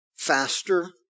faster